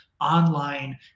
online